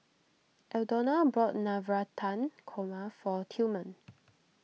Aldona bought Navratan Korma for Tillman